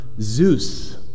Zeus